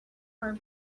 are